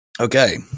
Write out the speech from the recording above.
Okay